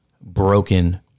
broken